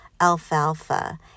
alfalfa